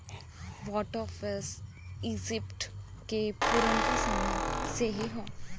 water frame Egypt के पुरनका समय से ही हौ